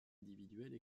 individuelles